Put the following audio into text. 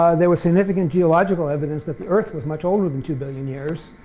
there was significant geological evidence that the earth was much older than two billion years,